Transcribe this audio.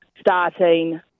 starting